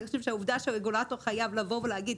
אני חושבת שהעובדה שהרגולטור חייב לבוא ולהגיד,